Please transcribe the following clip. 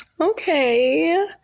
Okay